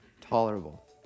tolerable